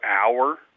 hour